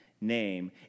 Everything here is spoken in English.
name